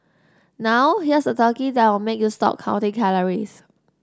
now here's a turkey that will make you stop counting calories